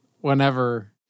Whenever